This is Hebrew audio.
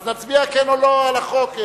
אז נצביע כן או לא על החוק.